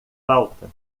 falta